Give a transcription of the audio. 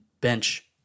bench